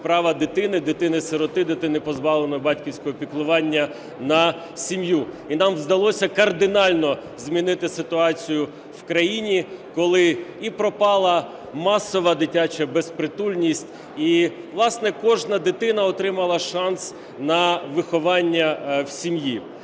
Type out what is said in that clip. прав дитини, дитини-сироти, дитини, позбавленої батьківського піклування на сім'ю. І нам вдалося кардинально змінити ситуацію в країні, коли і пропала масова дитяча безпритульність і, власне, кожна дитина отримала шанс на виховання в сім'ї.